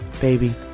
baby